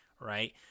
right